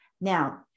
Now